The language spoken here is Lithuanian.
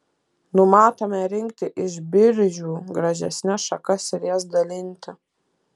numatome rinkti iš biržių gražesnes šakas ir jas dalinti